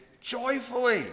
joyfully